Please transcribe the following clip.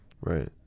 Right